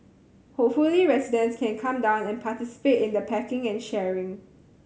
hopefully residents can come down and participate in the packing and sharing